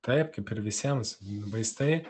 taip kaip ir visiems vaistai